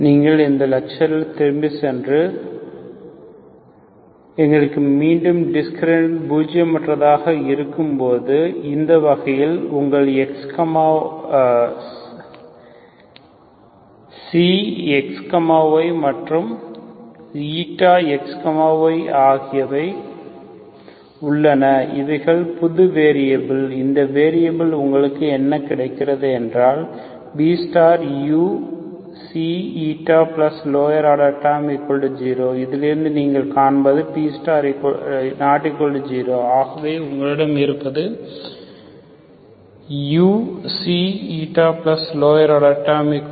நீங்கள் இந்த லக்சரில் திரும்பி சென்று எங்களுக்கு மீண்டும் டிஸ்கிரிமினன் பூஜியம் மற்றதாக இருக்கும்போது இந்தவகையில் உங்களிடம் xy மற்றும் xy ஆகியவை உள்ளன இவைகள் புது வேரிய பில்கள் இந்த வேரியபில்லில் உங்களுக்கு என்ன கிடைத்தது என்றால் Buξηlower order terms0 இதிலிருந்து நீங்கள் காண்பது B≠0 ஆகவே உங்களிடம் இருப்பது uξηlower order terms0